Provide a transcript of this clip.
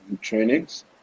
trainings